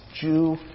Jew